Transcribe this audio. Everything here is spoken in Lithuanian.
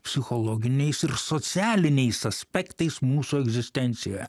psichologiniais ir socialiniais aspektais mūsų egzistencija